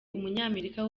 umunyamerika